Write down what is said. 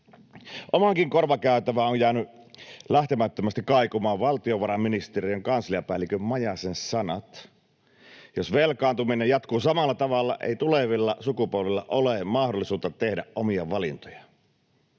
Omaankin korvakäytävään on jäänyt lähtemättömästi kaikumaan valtiovarainministeriön kansliapäällikkö Majasen sanat siitä, että jos velkaantuminen jatkuu samalla tavalla, ei tulevilla sukupolvilla ole mahdollisuutta tehdä omia valintoja.